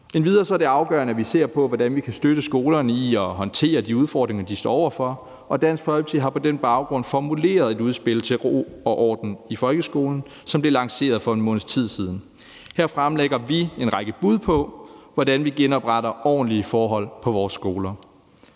Endvidere er det afgørende, at vi ser på, hvordan vi kan støtte skolerne i at håndtere de udfordringer, de står over for, og Dansk Folkeparti har på den baggrund formuleret et udspil til ro og orden i folkeskolen, som blev lanceret for en måneds tid siden. Her fremlægger vi en række bud på, hvordan vi genopretter ordentlige forhold på vores skoler.